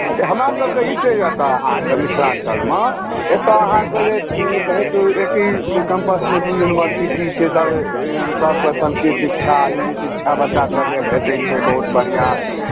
अरे हमरा सभकऽ ई छै एतऽ अहाँकऽ मिथिलाञ्चलमे एतऽ अहाँकऽ जे छै बहुत एकही कैम्पसमे दू यूनिवर्सिटी छै तऽ सभकऽ संस्कृत शिक्षा हिन्दी शिक्षा बच्चा सभके भेटै छै बहुत बढ़िआँ